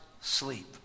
sleep